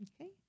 Okay